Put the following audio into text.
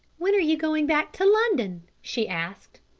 when are you going back to london? she asked.